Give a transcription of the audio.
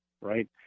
right